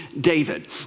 David